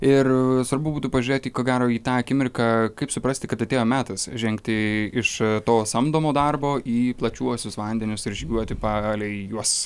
ir svarbu būtų pažiūrėti ko gero į tą akimirką kaip suprasti kad atėjo metas žengti iš to samdomo darbo į plačiuosius vandenius ir žygiuoti palei juos